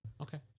Okay